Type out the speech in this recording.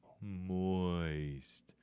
moist